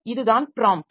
இதுதான் ப்ராம்ப்ட்